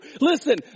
Listen